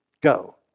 go